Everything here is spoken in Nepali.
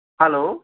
हेलो